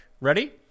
ready